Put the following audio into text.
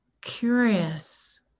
curious